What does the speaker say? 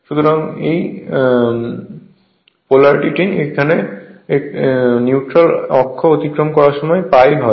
সুতরাং এই পোলারিটি এর মান নিউট্রাল অক্ষ অতিক্রম করার সময় π হয়